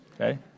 okay